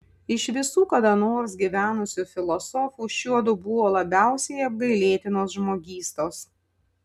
iš visų kada nors gyvenusių filosofų šiuodu buvo labiausiai apgailėtinos žmogystos